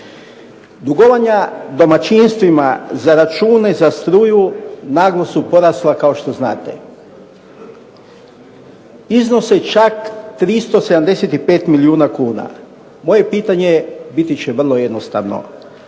Dugovanja domaćinstvima za račune za struju naglo su porasla kao što znate. Iznose čak 375 milijuna kuna. Moje pitanje biti će vrlo jednostavno.